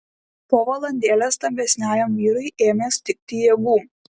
po valandėlės stambesniajam vyrui ėmė stigti jėgų